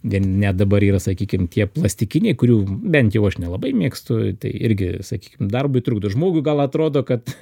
vien net dabar yra sakykim tie plastikiniai kurių bent jau aš nelabai mėgstu tai irgi sakykim darbui trukdo žmogui gal atrodo kad